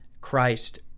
Christ